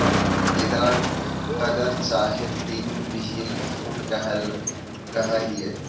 एकरा टगर चाहे पिन व्हील फूल कह हियई